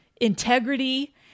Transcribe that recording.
integrity